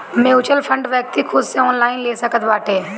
mutual fund व्यक्ति खुद से ऑनलाइन ले सकत बाटे